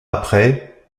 après